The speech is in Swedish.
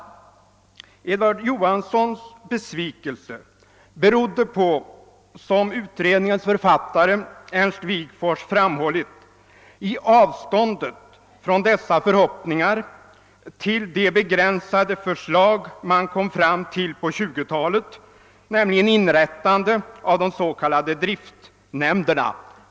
Edvard Johansons besvikelse berodde — som utredningsbetänkandets författare Ernst Wigforss framhållit — på avståndet från dessa förhoppningar till de begränsade förslag man kom fram till på 1920-talet, nämligen om inrättande av de s.k. driftnämnderna.